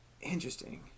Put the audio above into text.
Interesting